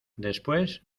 después